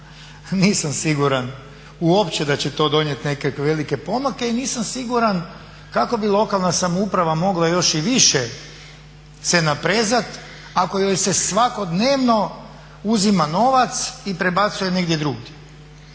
Nisam siguran uopće da će to donijeti neke velike pomake i nisam siguran kako bi lokalna samouprava mogla još i više se naprezat ako joj se svakodnevno uzima novac i prebacuje negdje drugdje.